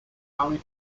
only